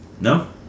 no